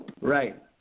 Right